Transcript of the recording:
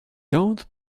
don’t